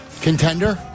Contender